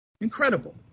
Incredible